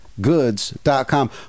Goods.com